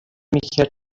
میکرد